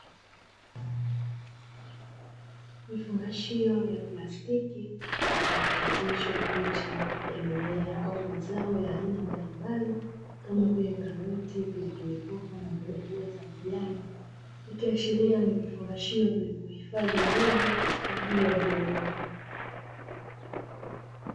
Vifungashio vya plastiki vilivyochapishwa picha ya mimea au mazao mbalimbali kama vile karoti, pilipili hoho na mbogamboga za majani, ikiashiria ni vifungashio vilivyohifadhi mbegu kwa ajili ya kilimo.